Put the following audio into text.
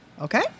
okay